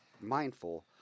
mindful